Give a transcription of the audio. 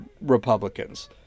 republicans